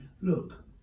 Look